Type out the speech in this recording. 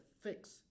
fix